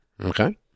okay